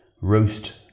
roast